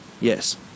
yes